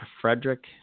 frederick